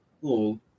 cool